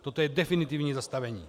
Toto je definitivní zastavení.